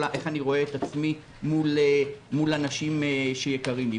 איך אני רואה את עצמי מול אנשים שיקרים לי.